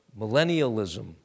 millennialism